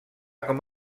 com